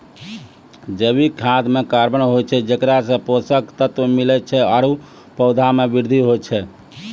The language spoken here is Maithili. जैविक खाद म कार्बन होय छै जेकरा सें पोषक तत्व मिलै छै आरु पौधा म वृद्धि होय छै